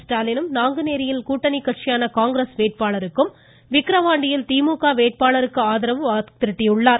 ஸ்டாலினும் நாங்குநேரியில் கூட்டணி கட்சியான காங்கிரஸ் வேட்பாளருக்கும் விக்கிரவாண்டியில் திமுக வேட்பாளருக்கு ஆதரவு திரட்டியுள்ளார்